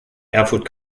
erfurt